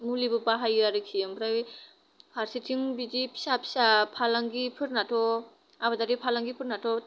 मुलिबो बाहायो आरोखि ओमफ्राय फारसेथिं बिदि फिसा फिसा फालांगिफोरनाथ' आबादारि फालांगिफोरनाथ'